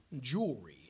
jewelry